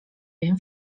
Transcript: wiem